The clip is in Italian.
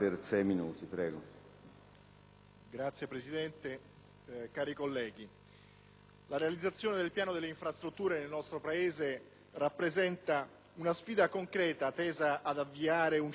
la realizzazione del piano delle infrastrutture nel nostro Paese rappresenta una sfida concreta, tesa ad avviare un circuito virtuoso fatto di certezze e di prospettive di sviluppo economico, produttivo e occupazionale.